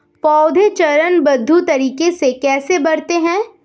पौधे चरणबद्ध तरीके से कैसे बढ़ते हैं?